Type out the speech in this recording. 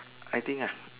I think ah